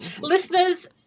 Listeners